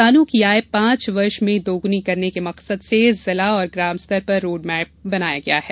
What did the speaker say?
किसान आय र्ष में दोगुनी करने के मकसद से जिला और ग्राम स्तर पर रोडमैप बनाया गया है